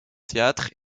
théâtre